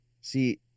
see